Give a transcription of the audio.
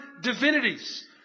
divinities